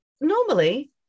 normally